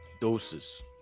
doses